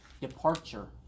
departure